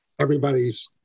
everybody's